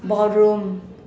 ballroom